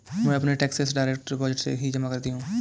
मैं अपने taxes direct deposit से ही जमा करती हूँ